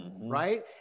Right